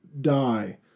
die